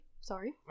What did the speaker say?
Sorry